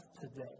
today